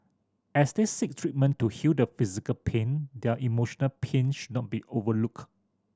as they seek treatment to heal the physical pain their emotional pain should not be overlook